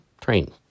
Train